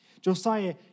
Josiah